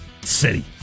city